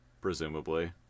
Presumably